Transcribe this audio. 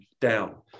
down